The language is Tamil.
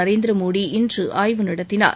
நரேந்திரமோடி இன்று ஆய்வு நடத்தினார்